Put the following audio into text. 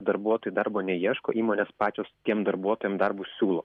darbuotojai darbo neieško įmonės pačios tiem darbuotojam darbus siūlo